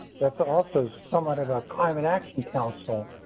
that's also somewhat of a climate action council.